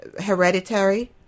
hereditary